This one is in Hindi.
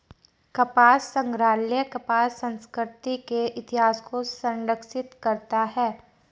कपास संग्रहालय कपास संस्कृति के इतिहास को संरक्षित करता है